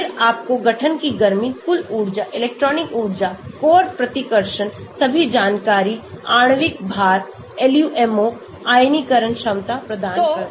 फिर आपको गठन की गर्मी कुल ऊर्जा इलेक्ट्रॉनिक ऊर्जा कोर प्रतिकर्षण सभी जानकारी आणविक भार LUMO आयनीकरण क्षमता प्रदान करता है